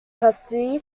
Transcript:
custody